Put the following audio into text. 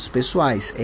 Pessoais